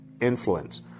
influence